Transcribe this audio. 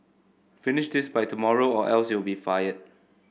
finish this by tomorrow or else you'll be fired